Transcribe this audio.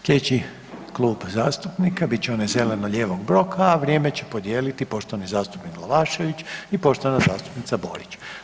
Sljedeći klub zastupnika bit će onaj zeleno-lijevog bloka, a vrijeme će podijeliti poštovani zastupnik Glavašević i poštovana zastupnica Borić.